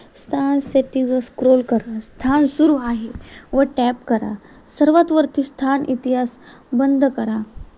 स्थान सेटीजवर स्क्रोल करा स्थान सुरू आहे व टॅब करा सर्वात वरती स्थान इतिहास बंद करा